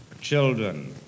children